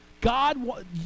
God